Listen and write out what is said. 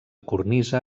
cornisa